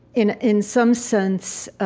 in in some sense,